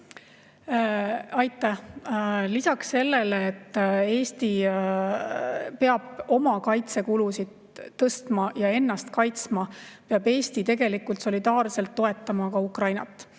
Aitäh! Lisaks sellele, et Eesti peab oma kaitsekulusid tõstma ja ennast kaitsma, peab Eesti tegelikult solidaarselt toetama Ukrainat.